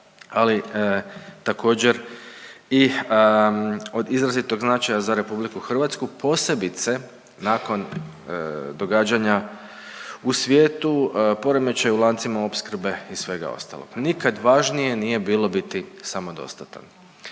ali također i od izrazitog značaja za Republiku Hrvatsku posebice nakon događanja u svijetu, poremećaja u lancima opskrbe i svega ostalog. Nikad važnije nije bilo biti samodostatan.